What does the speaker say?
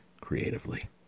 creatively